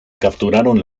capturaron